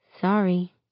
Sorry